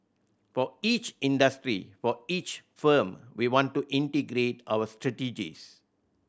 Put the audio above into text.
for each industry for each firm we want to integrate our strategies